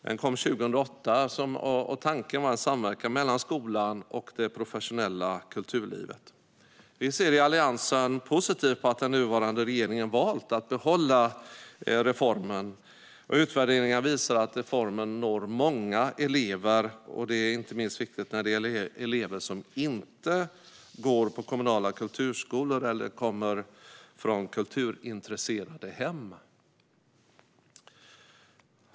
Den kom 2008, och tanken var en samverkan mellan skolan och det professionella kulturlivet. Vi ser i Alliansen positivt på att den nuvarande regeringen valt att behålla reformen. Utvärderingar visar att reformen når många elever, och det är inte minst viktigt när det gäller de elever som inte går på kommunala kulturskolor eller kommer från kulturintresserade hem.